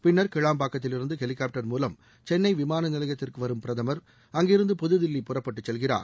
பின்னர் கிளாம்பாக்கத்தில் இருந்து ஹெலிகாப்டர் மூலம் சென்னை விமான நிலையத்திற்கு வரும் பிரதுர் அங்கிருந்து புதுதில்லி புறப்பட்டு செல்கிறார்